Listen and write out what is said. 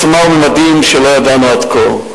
עוצמה וממדים שלא ידענו עד כה.